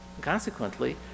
Consequently